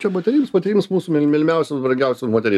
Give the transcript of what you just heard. čia moterims moterims mūsų myl mylimiausiom brangiausiom moterim